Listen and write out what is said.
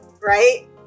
right